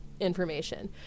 information